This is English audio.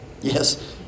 Yes